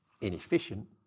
inefficient